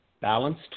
balanced